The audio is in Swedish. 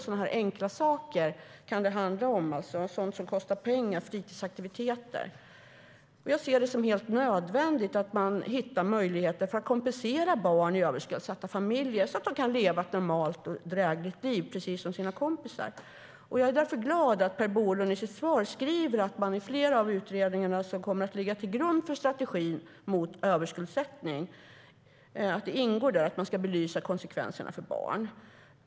Så enkla saker kan det handla om - sådant som kostar pengar, fritidsaktiviteter. Jag ser det som helt nödvändigt att hitta möjligheter att kompensera barn i överskuldsatta familjer så att de kan leva ett normalt och drägligt liv, precis som sina kompisar. Jag är därför glad att Per Bolund i sitt svar säger att det i flera av de utredningar som kommer att ligga till grund för strategin mot överskuldsättning ingår att belysa konsekvenserna för barn.